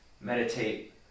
meditate